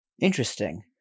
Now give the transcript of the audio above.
Interesting